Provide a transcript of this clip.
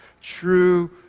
true